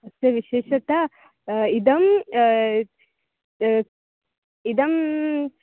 अस्य विशेषता इदम् इदम्